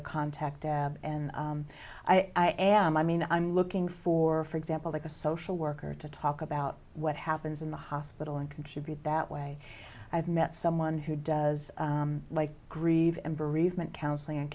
to contact dab and i am i mean i'm looking for for example like a social worker to talk about what happens in the hospital and contribute that way i've met someone who does like grieve and bereavement counselling and